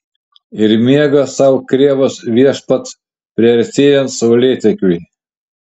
ir miega sau krėvos viešpats priartėjant saulėtekiui